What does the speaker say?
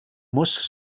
muss